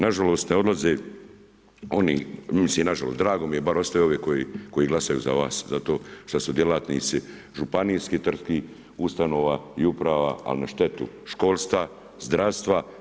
Na žalost ne odlaze oni, mislim na žalost, drago mi je bar ostaju ovi koji glasaju za vas zato što su djelatnici županijski, tvrtki, ustanova i uprava ali na štetu školstva, zdravstva.